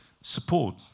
support